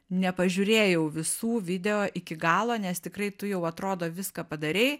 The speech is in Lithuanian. nepažiūrėjau visų video iki galo nes tikrai tu jau atrodo viską padarei